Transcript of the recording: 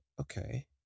okay